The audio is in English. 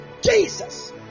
Jesus